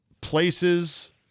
places